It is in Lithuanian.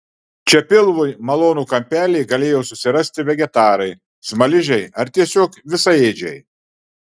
čia pilvui malonų kampelį galėjo susirasti vegetarai smaližiai ar tiesiog visaėdžiai